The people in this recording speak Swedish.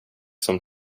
som